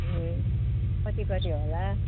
कति कति होला